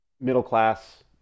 middle-class